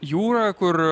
jūra kur